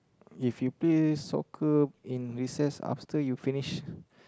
if you play soccer in recess after you finish